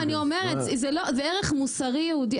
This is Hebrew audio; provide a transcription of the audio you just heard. זה ערך מוסרי יהודי.